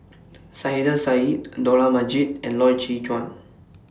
Saiedah Said Dollah Majid and Loy Chye Chuan